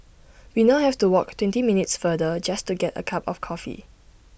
we now have to walk twenty minutes farther just to get A cup of coffee